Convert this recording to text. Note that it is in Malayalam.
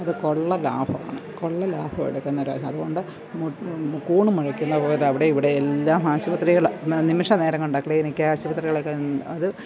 അത് കൊള്ള ലാഭമാണ് കൊള്ള ലാഭമെടുക്കുന്നവരാണ് അതുകൊണ്ട് കൂൺ മുളയ്ക്കുന്നപോലെ അവിടേയും ഇവിടേയും എല്ലാം ആശുപത്രികൾ നിമിഷനേരംകൊണ്ട് ക്ലീനിക്ക് ആശുപത്രികളൊക്കെ അത്